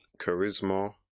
charisma